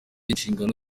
inshingano